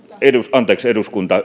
anteeksi eduskunta